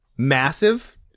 Massive